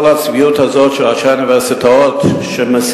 כל הצביעות הזאת של ראשי האוניברסיטאות שמסיתים